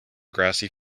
grassy